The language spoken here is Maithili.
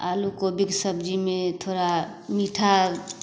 आलू कोबीके सब्जीमे थोड़ा मीठा